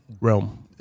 Realm